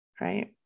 right